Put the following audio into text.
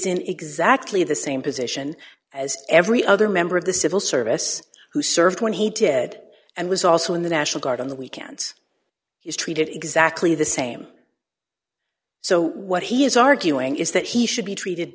is in exactly the same position as every other member of the civil service who served when he did and was also in the national guard on the weekends is treated exactly the same so what he is arguing is that he should be treated